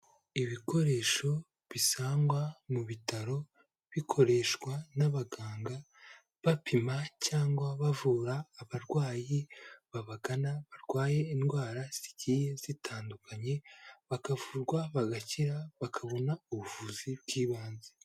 Ibikoresho bisangwa mu bitaro bikoreshwa n'abaganga bapima cyangwa bavura abarwayi babagana barwaye indwara zigiye zitandukanye bakavurwa bagakira bakabona ubuvuzi bw'ibanze.